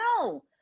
No